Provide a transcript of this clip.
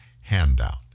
handout